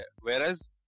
Whereas